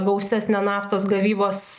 gausesnę naftos gavybos